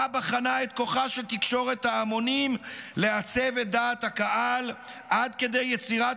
שבה בחנה את כוחה של תקשורת ההמונים לעצב את דעת הקהל עד כדי יצירת